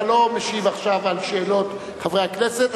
אתה לא משיב עכשיו על שאלות חברי הכנסת,